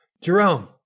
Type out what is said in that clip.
Jerome